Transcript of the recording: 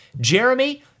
Jeremy